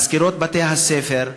מזכירות בתי-הספר,